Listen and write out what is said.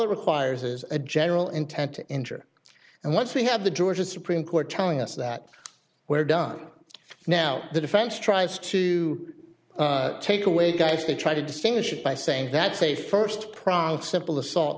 it requires is a general intent to injure and once we have the georgia supreme court telling us that we're done now the defense tries to take away guys to try to distinguish it by saying that's a first prod simple assault